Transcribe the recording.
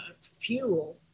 fuel